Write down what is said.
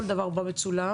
כל דבר בה מצולם.